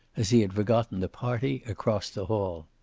as he had forgotten the party across the hall.